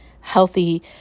healthy